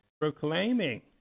proclaiming